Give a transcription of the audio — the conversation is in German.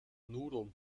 nudeln